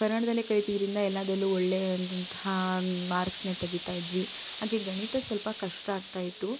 ಕನ್ನಡದಲ್ಲೇ ಕಲಿತಿದ್ರಿಂದ ಎಲ್ಲದ್ರಲ್ಲೂ ಒಳ್ಳೆಯಾದಂಥ ಮಾರ್ಕ್ಸನ್ನ ತೆಗಿತಾಯಿದ್ವಿ ಹಾಗೆ ಗಣಿತ ಸ್ವಲ್ಪ ಕಷ್ಟ ಆಗ್ತಾಯಿತ್ತು